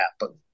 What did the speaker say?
happen